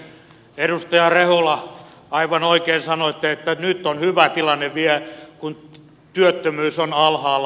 edustaja rehula aivan oikein sanoitte että nyt on hyvä tilanne vielä kun työttömyys on alhaalla